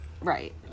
right